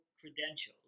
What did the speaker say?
credentials